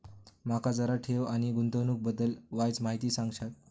माका जरा ठेव आणि गुंतवणूकी बद्दल वायचं माहिती सांगशात?